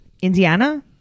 Indiana